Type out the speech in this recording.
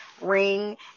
ring